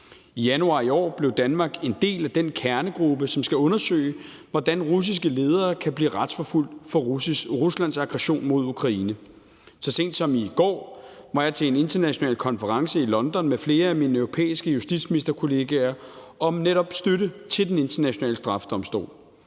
I januar i år blev Danmark en del af den kernegruppe, som skal undersøge, hvordan russiske ledere kan blive retsforfulgt for Ruslands aggression imod Ukraine. Så sent som i går var jeg til en international konference i London med flere af mine europæiske justitsministerkolleger om netop støtte til Den International Straffedomstol.